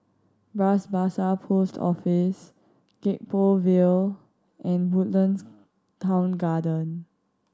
Bras Basah Post Office Gek Poh Ville and Woodlands Town Garden